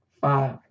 Five